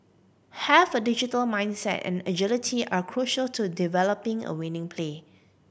have a digital mindset and agility are crucial to developing a winning play